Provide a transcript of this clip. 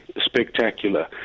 spectacular